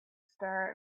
star